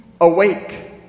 awake